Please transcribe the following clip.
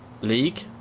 league